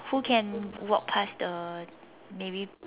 who can walk past the navy